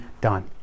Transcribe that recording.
done